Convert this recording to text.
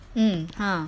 mm !huh!